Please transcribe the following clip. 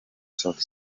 sauti